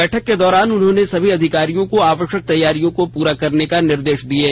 बैठक के दौरान उन्होंने सभी अधिकारियों को आवश्यक तैयारियों को पूरा करने का निर्देश दिये